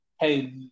Hey